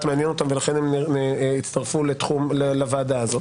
מעניין אותם ולכן הם הצטרפו לוועדה הזאת